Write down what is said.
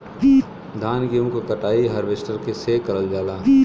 धान गेहूं क कटाई हारवेस्टर से करल जाला